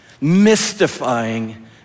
mystifying